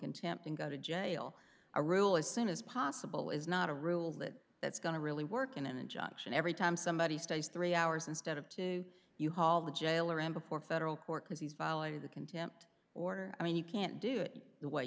contempt and go to jail or rule as soon as possible is not a rule that that's going to really work in an injunction every time somebody stands three hours instead of two you haul the jailer and before a federal court because he's filing the contempt order i mean you can't do it the way